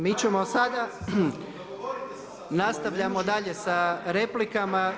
Mi ćemo sada, nastavljamo dalje sa replikama.